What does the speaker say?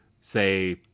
say